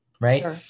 right